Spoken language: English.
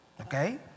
okay